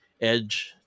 edge